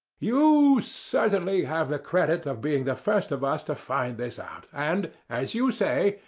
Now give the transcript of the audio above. you certainly have the credit of being the first of us to find this out, and, as you say,